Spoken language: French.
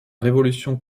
révolution